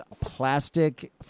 Plastic